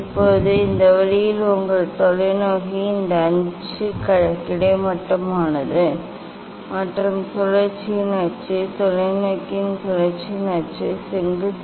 இப்போது இந்த வழியில் உங்கள் தொலைநோக்கி இந்த அச்சு கிடைமட்டமானது மற்றும் சுழற்சியின் அச்சு தொலைநோக்கியின் சுழற்சியின் அச்சு செங்குத்து